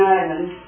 Ireland